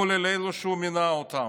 כולל אלו שהוא מינה אותם.